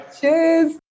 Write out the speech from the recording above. cheers